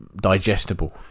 digestible